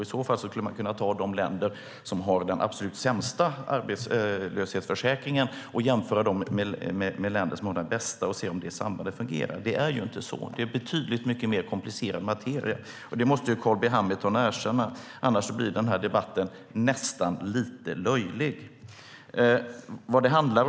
I så fall skulle man kunna jämföra de länder som har den absolut sämsta arbetslöshetsförsäkringen med de länder som har den bästa för att se om det fungerar så. Det är ju inte så. Det är betydligt mycket mer komplicerad materia. Det måste Carl B Hamilton erkänna, annars blir den här debatten nästan lite löjlig.